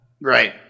Right